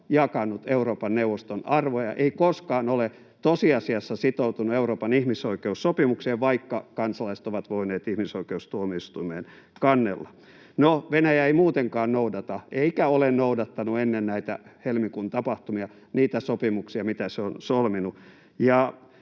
jakanut Euroopan neuvoston arvoja, ei koskaan ole tosiasiassa sitoutunut Euroopan ihmisoikeussopimukseen, vaikka kansalaiset ovat voineet ihmisoikeustuomioistuimeen kannella. No, Venäjä ei muutenkaan noudata eikä ole noudattanut ennen näitä helmikuun tapahtumia niitä sopimuksia, mitä se on solminut.